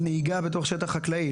על נהיגה בתוך שטח חקלאי,